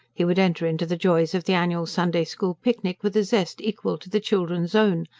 he would enter into the joys of the annual sunday-school picnic with a zest equal to the children's own,